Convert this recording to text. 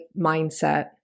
mindset